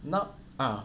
not ah